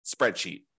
spreadsheet